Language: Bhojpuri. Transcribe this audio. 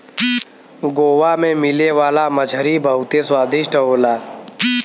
गोवा में मिले वाला मछरी बहुते स्वादिष्ट होला